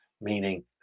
meaning